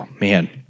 man